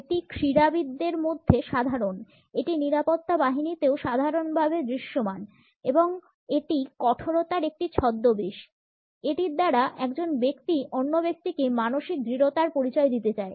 এটি ক্রীড়াবিদদের মধ্যে সাধারণ এটি নিরাপত্তা বাহিনীতেও সাধারণভাবে দৃশ্যমান এবং এটি কঠোরতার একটি ছদ্মবেশ এটির দ্বারা একজন ব্যক্তি অন্য ব্যক্তিকে মানসিক দৃঢ়তার পরিচয় দিতে চায়